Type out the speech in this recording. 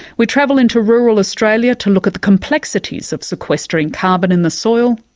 we travel into rural australia to look at the complexities of sequestering carbon in the soil,